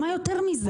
מה יותר מזה?